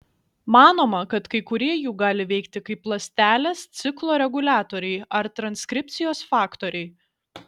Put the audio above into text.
manoma kad kai kurie jų gali veikti kaip ląstelės ciklo reguliatoriai ar transkripcijos faktoriai